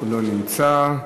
לא נמצא.